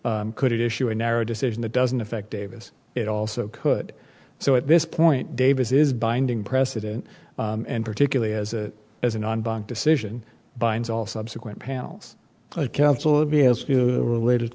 could issue a narrow decision that doesn't affect davis it also could so at this point davis is binding precedent and particularly as a as an on bank decision binds all subsequent panels